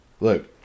Look